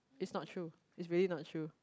is not true is really not true